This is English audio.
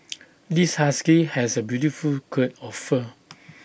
this husky has A beautiful coat of fur